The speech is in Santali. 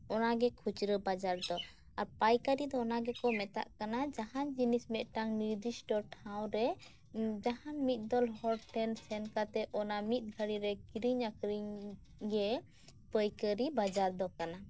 ᱚᱱᱟᱜᱮ ᱠᱷᱩᱪᱨᱟᱹ ᱵᱟᱡᱟᱨ ᱫᱚ ᱟᱨ ᱯᱟᱹᱭᱠᱟᱹᱨᱤ ᱫᱚ ᱚᱱᱟ ᱜᱮ ᱠᱚ ᱢᱮᱛᱟᱜ ᱠᱟᱱᱟ ᱡᱟᱦᱟᱸᱱ ᱡᱤᱱᱤᱥ ᱢᱤᱫᱴᱟᱝ ᱱᱤᱨᱫᱤᱥᱴᱚ ᱴᱷᱟᱶ ᱨᱮ ᱡᱟᱦᱟᱸᱱ ᱢᱤᱫ ᱫᱚᱞ ᱦᱚᱲ ᱴᱷᱮᱱ ᱥᱮᱱ ᱠᱟᱛᱮᱜ ᱚᱱᱟ ᱢᱤᱫᱜᱷᱟᱹᱲᱤᱡ ᱨᱮ ᱠᱤᱨᱤᱧ ᱟᱹᱠᱷᱨᱤᱧ ᱜᱮ ᱯᱟᱹᱭᱠᱟᱹᱨᱤ ᱵᱟᱡᱟᱨ ᱫᱚ ᱠᱟᱱᱟ